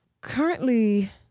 Currently